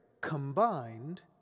combined